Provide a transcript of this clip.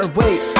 wait